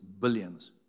billions